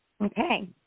Okay